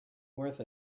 worth